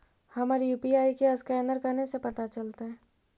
हमर यु.पी.आई के असकैनर कने से पता चलतै?